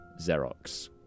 Xerox